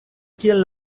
kiel